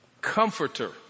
comforter